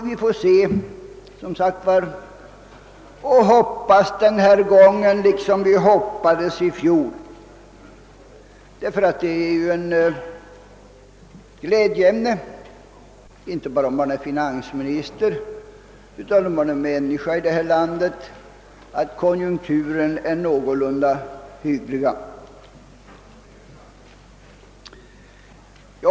Vi har bara att hoppas den här gången liksom vi gjorde i fjol. Ty det är ett glädjeämne, inte bara för en finansminister utan också för oss vanliga människor, att konjunkturerna är någorlunda hyggliga.